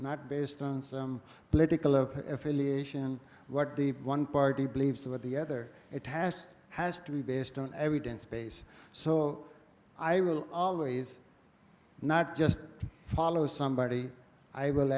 not based on some political affiliation what the one party believes or what the other attached has to be based on every day in space so i will always not just follow somebody i will